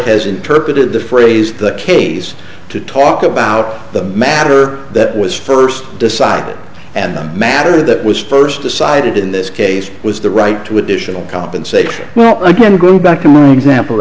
has interpreted the phrase the case to talk about the matter that was first decided and the matter that was first decided in this case was the right to additional compensation well i can go back to my room example